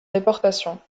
déportation